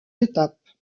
étapes